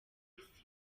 isi